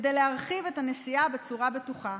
כדי להרחיב את הנסיעה בצורה בטוחה.